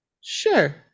Sure